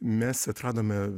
mes atradome